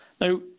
Now